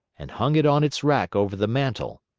and hung it on its rack over the mantel.